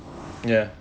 ya